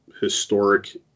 historic